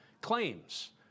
claims